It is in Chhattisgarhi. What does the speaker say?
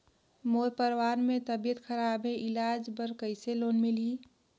मोर परवार मे तबियत खराब हे इलाज बर कइसे लोन मिलही?